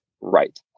right